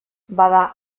bada